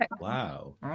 Wow